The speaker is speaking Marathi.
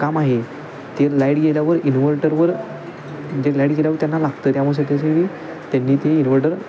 काम आहे ते लाईट गेल्यावर इन्व्हर्टरवर जे लाईट गेल्यावर त्यांना लागतं त्यामुळे त्यासाठी त्यांनी ते इन्व्हर्टर